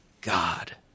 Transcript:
God